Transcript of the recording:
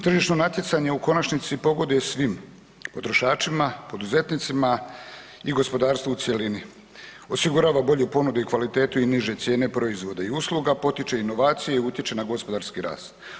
Tržišno natjecanje u konačnici pogoduje svim potrošačima, poduzetnicima i gospodarstvu u cjelini, osigurava bolju ponudu i kvalitetu i niže cijene proizvoda i usluga, potiče inovacije i utječe na gospodarski rast.